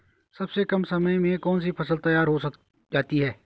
सबसे कम समय में कौन सी फसल तैयार हो जाती है?